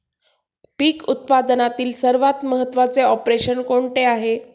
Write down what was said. पीक उत्पादनातील सर्वात महत्त्वाचे ऑपरेशन कोणते आहे?